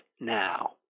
now